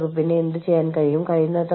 മെക്സിക്കോയിൽ ഇത് കൈക്കൂലിയല്ല